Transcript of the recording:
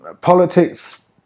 politics